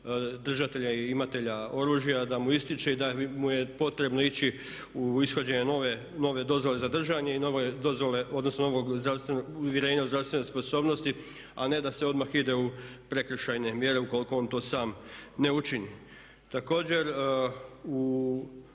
držatelja i imatelja oružja da mu ističe i da mu je potrebno ići u ishođenje nove dozvole za držanje i nove dozvole, odnosno novog uvjerenja o zdravstvenoj sposobnosti, a ne da se odmah ide u prekršajne mjere ukoliko on to sam ne učini. Također, u